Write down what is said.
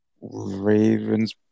Ravens